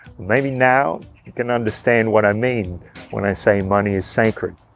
maybe now you can understand what i mean when i say money is sacred,